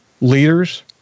leaders